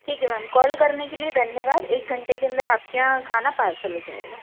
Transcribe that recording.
ठीक है ma'am call करने के लिए धन्यवाद एक घंटे के अंदर आपके यहाँ खाना पार्सल हो जाएगा